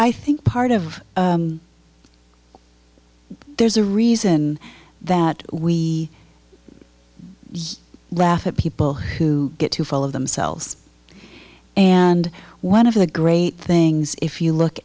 i think part of there's a reason that we are yes laugh at people who get too full of themselves and one of the great things if you look